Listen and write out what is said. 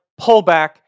pullback